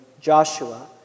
Joshua